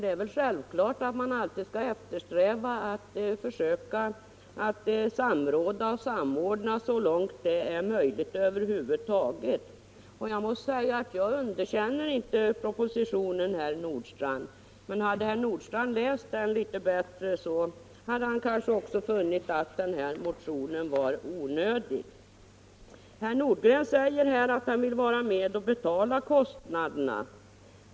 Det är självklart att man alltid skall eftersträva att försöka samråda och samordna så långt det över huvud taget är möjligt. Jag underkänner inte propositionen, herr Nordstrandh. Men hade herr Nordstrandh läst den litet bättre hade kanske han också funnit att motionen var onödig. Herr Nordgren säger att han vill vara med och betala kostnaderna.